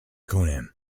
conan